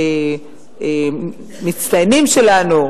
המצטיינים שלנו: